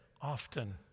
often